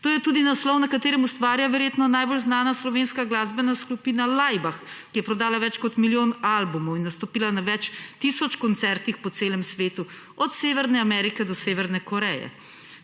To je tudi naslov, na katerem ustvarja verjetno najbolj znana slovenska glasbena skupina Laibach, ki je prodala več kot milijon albumov in nastopila na več tisoč koncertih po celem svetu od Severne Amerike do Severne Koreje.